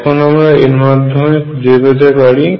এখন আমরা এর মাধ্যমে খুঁজে পেতে পারি